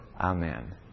Amen